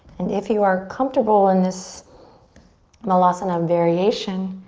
and if you are comfortable in this malasana um variation,